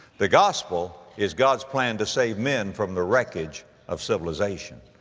the gospel is god's plan to save men from the wreckage of civilization.